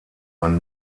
man